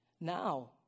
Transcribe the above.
now